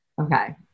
Okay